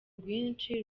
rwinshi